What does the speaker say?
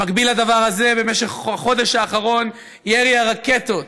במקביל לדבר הזה, במשך החודש האחרון ירי הרקטות